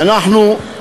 ואנחנו,